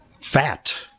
fat